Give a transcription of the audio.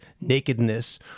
nakedness